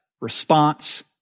response